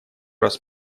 раз